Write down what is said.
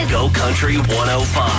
GoCountry105